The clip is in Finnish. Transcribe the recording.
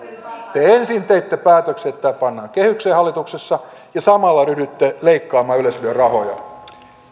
te ensin teitte päätöksen että tämä pannaan kehykseen hallituksessa ja samalla ryhdyitte leikkaamaan yleisradion rahoja